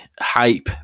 hype